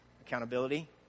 Accountability